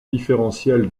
différentiel